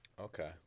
Okay